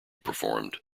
performed